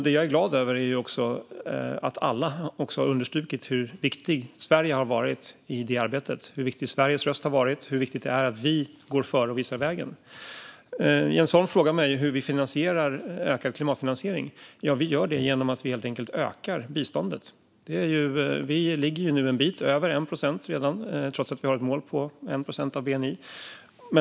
Det jag är glad över är att alla också har understrukit hur viktigt Sverige har varit i det arbetet, hur viktig Sveriges röst har varit och hur viktigt det är att vi går före och visar vägen. Jens Holm frågar mig hur vi finansierar ökad klimatfinansiering. Vi gör det helt enkelt genom att öka biståndet. Vi ligger redan en bit över 1 procent, trots att vi har ett mål på 1 procent av bni.